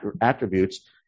attributes